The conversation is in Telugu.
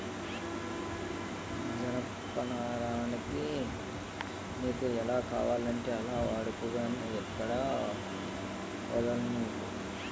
జనపనారని నీకు ఎలా కావాలంటే అలా వాడుకో గానీ ఎక్కడా వొదిలీకు